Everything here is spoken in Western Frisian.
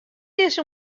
dizze